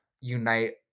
unite